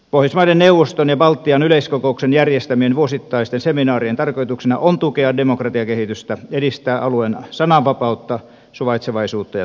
pohjoismaiden neuvoston ja baltian yleiskokouksen järjestämien vuosittaisten seminaarien tarkoituksena on tukea demokratiakehitystä edistää alueen sananvapautta suvaitsevaisuutta ja tasa arvoa